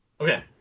Okay